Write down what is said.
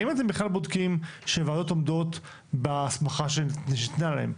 האם אתם בכלל בודקים שוועדות עומדות בהסמכה שניתנה להן?